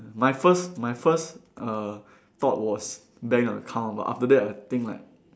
my first my first err thought was bank account but after that I think like